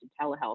telehealth